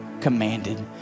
commanded